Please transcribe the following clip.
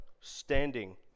standing